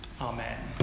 Amen